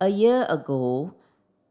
a year ago